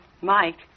Mike